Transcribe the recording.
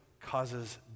causes